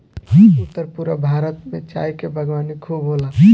उत्तर पूरब भारत में चाय के बागवानी खूब होला